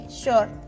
sure